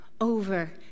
over